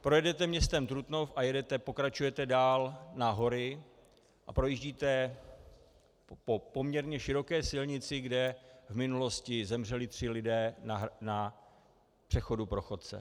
Projedete městem Trutnov a pokračujete dál na hory a projíždíte po poměrně široké silnici, kde v minulosti zemřeli tři lidé na přechodu pro chodce.